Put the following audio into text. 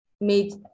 made